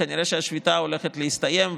כנראה שהשביתה עומדת להסתיים,